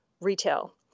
retail